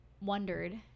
wondered